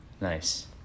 Nice